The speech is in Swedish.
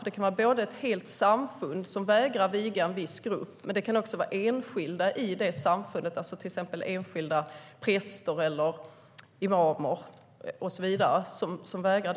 Det kan vara ett helt samfund som vägrar att viga en viss grupp, men det kan också vara enskilda i det samfundet, till exempel enskilda präster eller imamer.